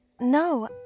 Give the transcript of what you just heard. No